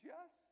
Yes